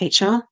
HR